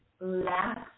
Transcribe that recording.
last